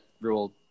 rule